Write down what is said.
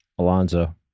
Alonzo